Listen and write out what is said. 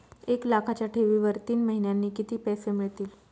एक लाखाच्या ठेवीवर तीन महिन्यांनी किती पैसे मिळतील?